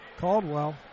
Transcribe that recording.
Caldwell